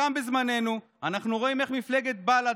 גם בזמננו אנחנו רואים איך מפלגת בל"ד